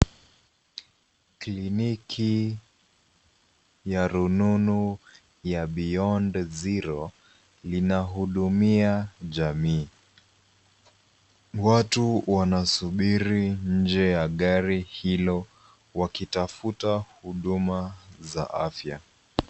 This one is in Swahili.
Kliniki ya rununu ya Beyond Zero linahudumia jamii. Watu wanasubiri nje ya gari hilo wakitafuta huduma za afya.